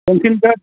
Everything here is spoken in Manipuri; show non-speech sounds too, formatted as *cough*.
*unintelligible*